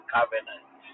Covenant